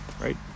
Right